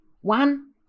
One